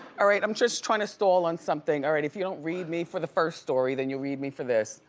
ah right, i'm just trying to stall on something. all right, if you don't read me for the first story, then you'll read me for this.